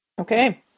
Okay